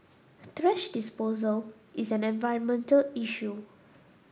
trash disposal is an environmental issue